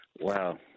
Wow